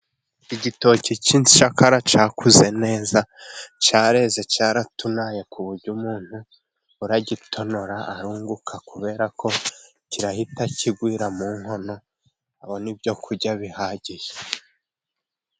Igitoki cy'incakara cyakuze neza, cyareze cyaratunaye ku buryo umuntu uragitonora arunguka kubera ko kirahita kigwira mu nkono abone ibyo kurya bihagije.